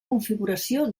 configuració